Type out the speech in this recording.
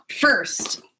first